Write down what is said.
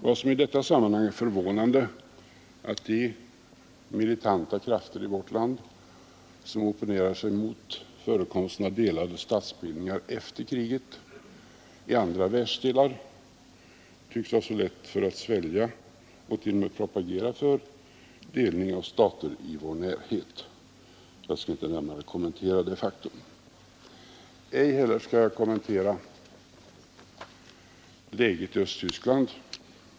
Vad som i detta sammanhang förvånar är att de militanta krafter i vårt land som opponerar sig mot förekomsten av delade statsbildningar efter kriget i andra världsdelar tycks ha så lätt för att svälja och till och med propagera för delning av stater i vår närhet. Jag skall inte närmare kommentera detta faktum. Ej heller skall jag kommentera läget i Östtyskland.